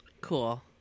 Cool